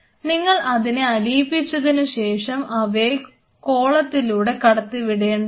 നിങ്ങൾ അതിനെ അലിയിപ്പിച്ചതിനുശേഷം അവയെ കോളത്തിലൂടെ കടത്തി വിടേണ്ടതാണ്